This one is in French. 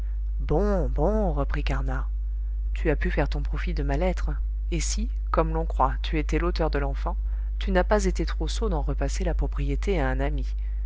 bon bon reprit carnat tu as pu faire ton profit de ma lettre et si comme l'on croit tu étais l'auteur de l'enfant tu n'as pas été trop sot d'en repasser la propriété à un ami